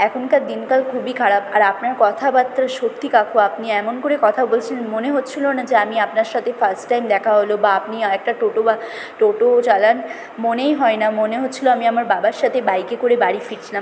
এখনকার দিনকাল খুবই খারাপ আর আপনার কথাবার্তা সত্যি কাকু আপনি এমন করে কথা বলছিলেন মনে হচ্ছিল না যে আমি আপনার সাথে ফার্স্ট টাইম দেখা হলো বা আপনি একটা টোটো বা টোটো চালান মনেই হয় না মনে হচ্ছিল আমি আমার বাবার সাথে বাইকে করে বাড়ি ফিরছিলাম